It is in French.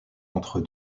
entre